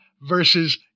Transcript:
versus